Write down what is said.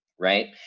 right